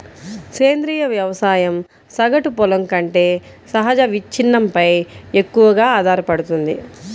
సేంద్రీయ వ్యవసాయం సగటు పొలం కంటే సహజ విచ్ఛిన్నంపై ఎక్కువగా ఆధారపడుతుంది